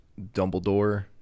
Dumbledore